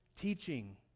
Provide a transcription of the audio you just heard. teaching